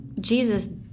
Jesus